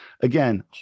Again